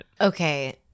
Okay